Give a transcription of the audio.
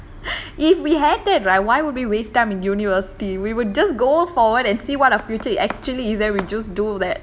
if we had that right why would we waste time in university we would just go forward and see what our future actually is then we just do that